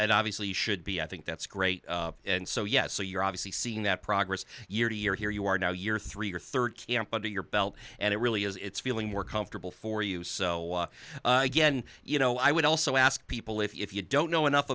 and obviously should be i think that's great and so yes so you're obviously seeing that progress year to year here you are now you're three or thirty up under your belt and it really is it's feeling more comfortable for you so again you know i would also ask people if you don't know enough